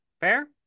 Fair